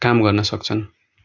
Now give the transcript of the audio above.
काम गर्न सक्छन्